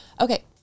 Okay